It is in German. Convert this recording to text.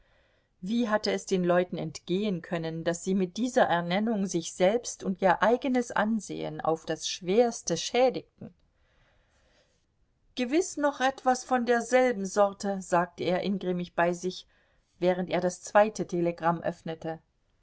wie hatte es den leuten entgehen können daß sie mit dieser ernennung sich selbst und ihr eigenes ansehen auf das schwerste schädigten gewiß noch etwas von derselben sorte sagte er ingrimmig bei sich während er das zweite telegramm öffnete